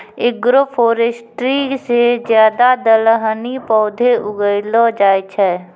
agroforestry से ज्यादा दलहनी पौधे उगैलो जाय छै